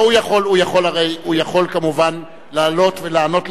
הוא יכול כמובן לעלות ולענות,